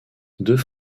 deux